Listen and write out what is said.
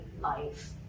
life